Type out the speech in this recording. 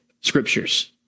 scriptures